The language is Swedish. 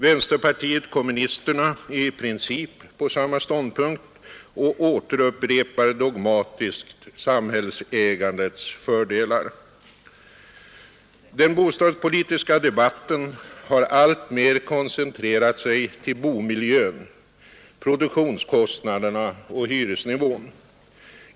Vänsterpartiet kommunisterna är i princip på samma ståndpunkt och upprepar dogmatiskt samhällsägandets fördelar. Den bostadspolitiska debatten har alltmer koncentrerat sig till bomiljön, produktionskostnaderna och hyresnivån.